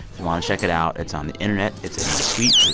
if you want to check it out, it's on the internet. it's in my tweets.